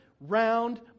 round